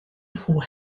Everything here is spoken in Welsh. nhw